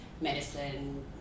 medicine